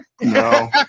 No